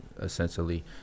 essentially